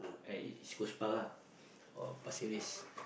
at East-Coast-Park ah or Pasir-Ris